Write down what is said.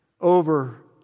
over